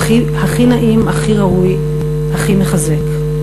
הכי נעים, הכי ראוי, הכי מחזק.